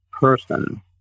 person